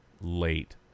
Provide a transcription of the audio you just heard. late